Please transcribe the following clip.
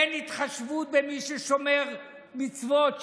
אין התחשבות במי ששומר מצוות,